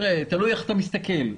תלוי איך אתה מסתכל.